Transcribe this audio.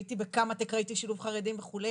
הייתי בקמטק, ראיתי שילוב חרדים וכו'.